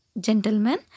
gentlemen